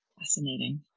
Fascinating